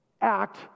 act